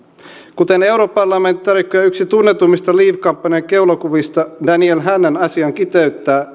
kuten europarlamentaarikko ja yksi tunnetuimmista leave kampanjan keulakuvista daniel hannan asian kiteyttää